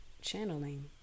channeling